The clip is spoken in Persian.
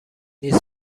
نیز